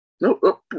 Nope